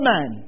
Man